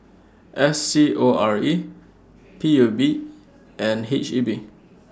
S C O R E P U B and H E B